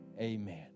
amen